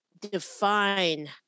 define